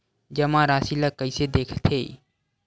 जमा राशि ला कइसे देखथे?